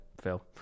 Phil